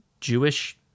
Jewish